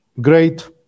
Great